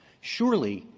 surely,